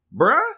bruh